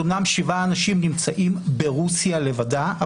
אז אמנם שבעה אנשים נמצאים ברוסיה לבדה.